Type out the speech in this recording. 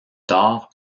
tard